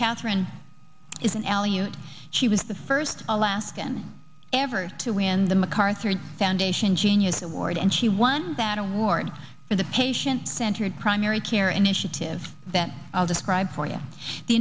you she was the first alaskan ever to win the macarthur foundation genius award and she won that award for the patient centered primary care initiative that i'll describe for you the